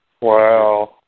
Wow